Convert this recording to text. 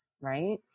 Right